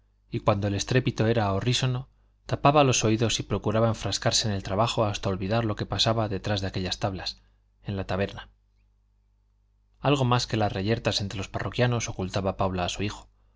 y cuando el estrépito era horrísono tapaba los oídos y procuraba enfrascarse en el trabajo hasta olvidar lo que pasaba detrás de aquellas tablas en la taberna algo más que las reyertas entre los parroquianos ocultaba paula a su hijo